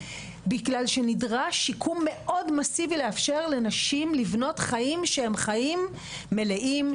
בגלל שנדרש שיקום מאוד מסיבי לאפשר לנשים לבנות חיים שהם חיים מלאים,